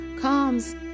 comes